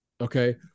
Okay